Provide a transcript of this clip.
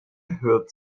hört